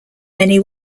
many